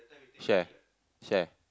share share